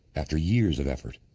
after years of effort,